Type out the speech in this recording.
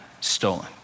stolen